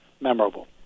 memorable